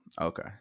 Okay